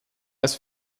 als